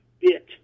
bit